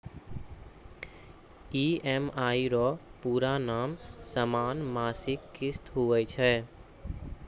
EMI रो पूरा नाम समान मासिक किस्त हुवै छै